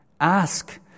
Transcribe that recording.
ask